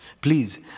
Please